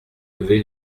lever